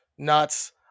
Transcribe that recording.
Nuts